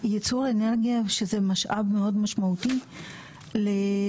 ליצור אנרגיה שזה משאב מאוד משמעותי לאנושות,